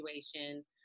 situation